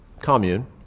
commune